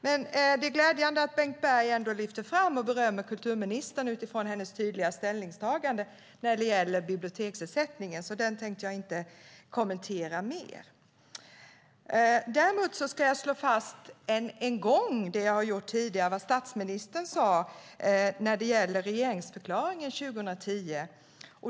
Men det är glädjande att Bengt Berg ändå berömmer kulturministern för hennes tydliga ställningstagande när det gäller biblioteksersättningen, så det tänker jag inte kommentera mer. Däremot ska jag än en gång, det har jag gjort tidigare, slå fast vad statsministern sade i regeringsförklaringen 2010.